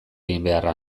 eginbeharra